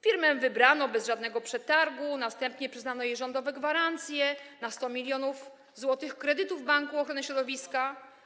Firmę wybrano bez żadnego przetargu, następnie przyznano jej rządowe gwarancje na 100 mln zł kredytu w Banku Ochrony Środowiska.